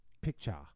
Picture